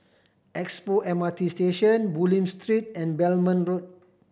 Expo M R T Station Bulim Street and Belmont Road